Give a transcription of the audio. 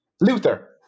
Luther